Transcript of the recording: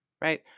right